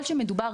ככל שמדובר